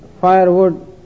firewood